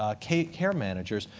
ah care care managers,